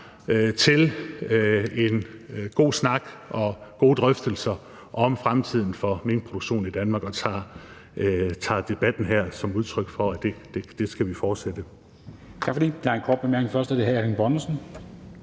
til en god snak og gode drøftelser om fremtiden for minkproduktion i Danmark. Og jeg tager debatten her som udtryk for, at det skal vi fortsætte.